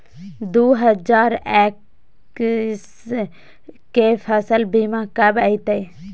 दु हजार एक्कीस के फसल बीमा कब अयतै?